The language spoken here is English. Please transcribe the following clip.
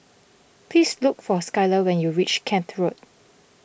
please look for Skyler when you reach Kent Road